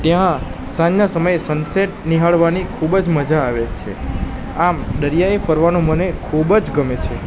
ત્યાં સાંજના સમયે સનસેટ નિહાળવાની ખૂબ જ મજા આવે છે આમ દરિયાએ ફરવાનું મને ખૂબ જ ગમે છે